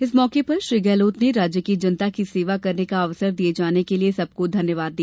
इस मौके पर श्री गहलोत ने राज्य की जनता की सेवा करने का अवसर दिये जाने के लिए सबको धन्यवाद दिया